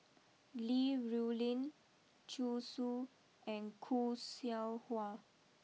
Li Rulin Zhu Xu and Khoo Seow Hwa